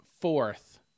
fourth